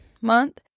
Month